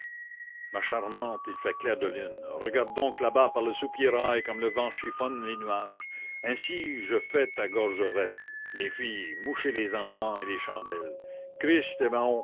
ma charmante il fait clair de lune regarde donc là-bas par le soupirail comme le vent chiffonne les nuages ainsi je fais ta gorgerette les filles mouchez les enfants et les chandelles christ